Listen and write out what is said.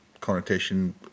connotation